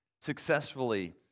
successfully